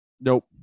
Nope